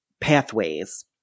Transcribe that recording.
pathways